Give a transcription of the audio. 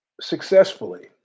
successfully